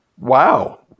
Wow